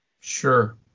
Sure